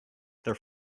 their